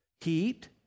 heat